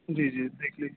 جی جی دیکھ لیجیے